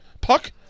Puck